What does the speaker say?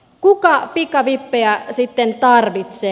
kuka pikavippejä sitten tarvitsee